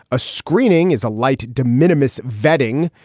a screening is a light de minimus vetting.